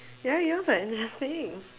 ya it looks like nothing